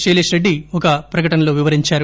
శైలేష్ రెడ్డి ఒక ప్రకటనలో వివరించారు